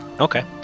Okay